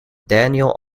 daniel